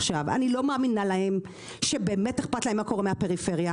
אני לא מאמינה להם שבאמת אכפת להם מה קורה עם הפריפריה.